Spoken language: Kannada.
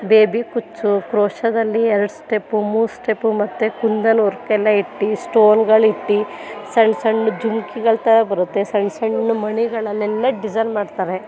ಬೇಬಿ ಕುಚ್ಚು ಕ್ರೋಷಾದಲ್ಲಿ ಎರ್ಡು ಸ್ಟೆಪ್ಪು ಮೂರು ಸ್ಟೆಪ್ಪು ಮತ್ತೆ ಕುಂದನ್ ವರ್ಕೆಲ್ಲ ಇಟ್ಟು ಸ್ಟೋನ್ಗಳಿಟ್ಟು ಸಣ್ಣ ಸಣ್ಣ ಜುಮ್ಕಿಗಳು ಥರ ಬರುತ್ತೆ ಸಣ್ಣ ಸಣ್ಣ ಮಣಿಗಳಲ್ಲೇನೇ ಡಿಸೈನ್ ಮಾಡ್ತಾರೆ